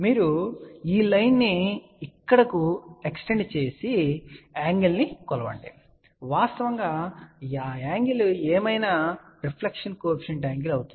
మీరు ఈ లైన్ ని ఇక్కడకు ఎక్స్టెండ్ చేసి ఈ యాంగిల్ ను కొలవండి వాస్తవంగా ఆ యాంగిల్ ఏమైనా రిఫ్లెక్షన్ కోఎఫిషియంట్ యాంగిల్ అవుతుంది